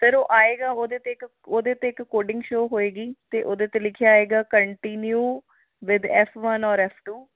sir ਉਹ ਆਏਗਾ ਉਹਦੇ 'ਤੇ ਇੱਕ ਉਹਦੇ 'ਤੇ ਇੱਕ ਕੋਡਿੰਗ ਸ਼ੋਅ ਹੋਏਗੀ ਅਤੇ ਉਹਦੇ 'ਤੇ ਲਿਖਿਆ ਆਏਗਾ ਕੰਟੀਨਿਊ ਵਿਦ ਐੱਫ ਵਨ ਔਰ ਐੱਫ ਟੂ